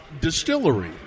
distillery